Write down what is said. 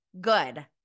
good